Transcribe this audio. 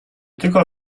tylko